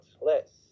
less